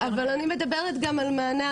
אבל אני מדברת גם על מענה,